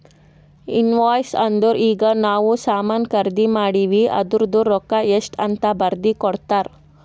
invoice ಅಂದುರ್ ಈಗ ನಾವ್ ಸಾಮಾನ್ ಖರ್ದಿ ಮಾಡಿವ್ ಅದೂರ್ದು ರೊಕ್ಕಾ ಎಷ್ಟ ಅಂತ್ ಬರ್ದಿ ಕೊಡ್ತಾರ್